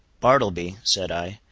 bartleby, said i,